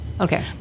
Okay